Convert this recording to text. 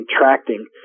contracting